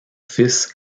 fils